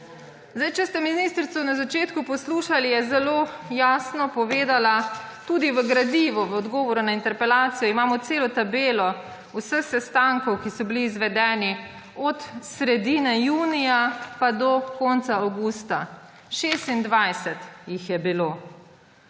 Če ste ministrico na začetku poslušali, je zelo jasno povedala, tudi v gradivu, v odgovoru na interpelacijo imamo celo tabelo vseh sestankov, ki so bili izvedeni od sredine junija pa do konca avgusta, 26 jih je bilo.